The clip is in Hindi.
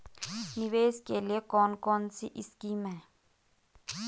निवेश के लिए कौन कौनसी स्कीम हैं?